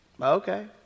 Okay